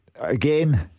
Again